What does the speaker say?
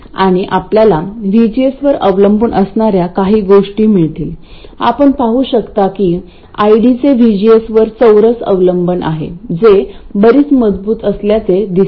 आणि आपल्याला VGS वर अवलंबून असणाऱ्या काही गोष्टी मिळतील आपण पाहू शकता की ID चे VGSवर चौरस अवलंबन आहेत जे बरीच मजबूत असल्याचे दिसते